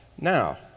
now